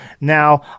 now